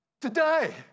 Today